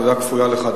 תודה כפולה לך,